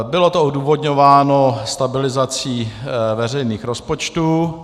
Bylo to odůvodňováno stabilizací veřejných rozpočtů.